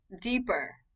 deeper